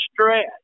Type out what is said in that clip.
stretch